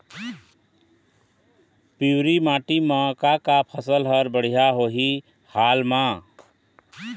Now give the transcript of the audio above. पिवरी माटी म का का फसल हर बढ़िया होही हाल मा?